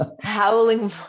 Howling